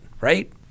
right